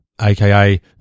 aka